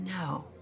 No